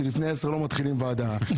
שלפני עשר לא מתחילים ועדה.